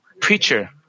preacher